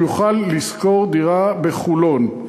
כדי שהוא יוכל לשכור דירה בחולון,